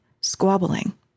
squabbling